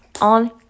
on